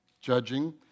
judging